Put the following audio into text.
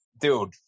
Dude